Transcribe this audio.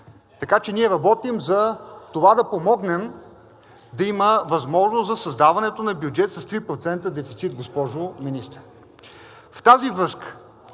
Така че ние работим за това да помогнем да има възможност за създаването на бюджет с 3% дефицит, госпожо Министър.